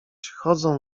chodzą